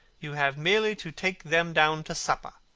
you have merely to take them down to supper.